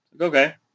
Okay